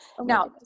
Now